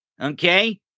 Okay